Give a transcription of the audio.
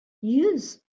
use